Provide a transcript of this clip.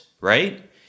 right